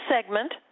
segment